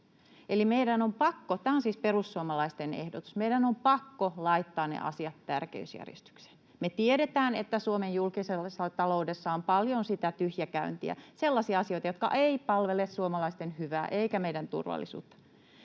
Eli meidän on pakko — tämä on siis perussuomalaisten ehdotus — meidän on pakko laittaa ne asiat tärkeysjärjestykseen. Me tiedetään, että Suomen julkisessa taloudessa on paljon sitä tyhjäkäyntiä, sellaisia asioita, jotka eivät palvele suomalaisten hyvää eivätkä meidän turvallisuutta.